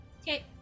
Okay